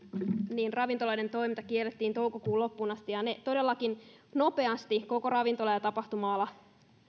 niin ravintoloiden toiminta kiellettiin toukokuun loppuun asti todellakin nopeasti koko ravintola ja ja tapahtuma ala